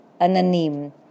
Ananim